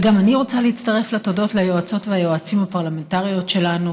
וגם אני רוצה להצטרף לתודות ליועצות וליועצים הפרלמנטריות שלנו,